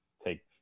take